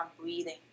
breathing